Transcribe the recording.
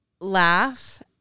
laugh